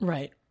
Right